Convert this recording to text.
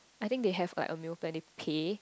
I think they have like a meal plan they pay